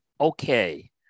Okay